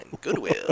goodwill